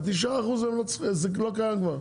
תשעה האחוזים לא קיים כבר.